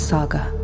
Saga